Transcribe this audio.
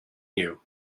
you